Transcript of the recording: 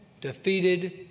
defeated